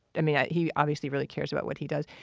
i mean, he obviously really cares about what he does.